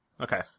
Okay